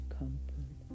comfort